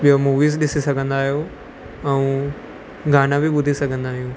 ॿियो मूवीज़ ॾिसी सघंदा आहियो ऐं गाना बि ॿुधी सघंदा आहियूं